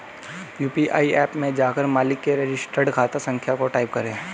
UPI app में जाकर मालिक के रजिस्टर्ड खाता संख्या को टाईप करें